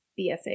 BFA